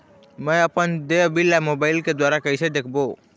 मैं अपन देय बिल ला मोबाइल के द्वारा कइसे देखबों?